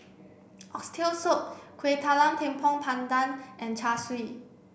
oxtail soup Kueh Talam Tepong Pandan and Char Siu